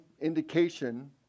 indication